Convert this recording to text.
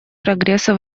прогресса